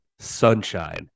Sunshine